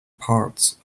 parts